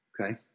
Okay